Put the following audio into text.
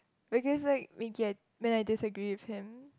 we guess like we get when we disagree with him